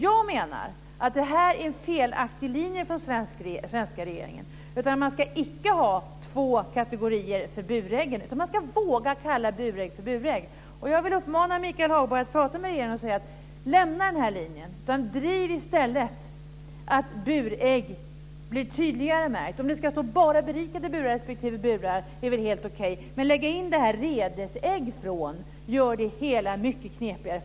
Jag menar att detta är en felaktig linje av den svenska regeringen. Det ska inte vara två kategorier för buräggen, utan man ska våga kalla burägg för burägg. Jag vill uppmana Michael Hagberg att prata med regeringen och säga åt dem att lämna denna linje och i stället driva att burägg blir tydligare märkta. Det är helt okej med berikade burar eller burar, men att lägga in begreppet redesägg gör det hela mycket knepigare.